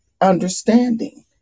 understanding